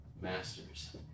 masters